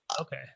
Okay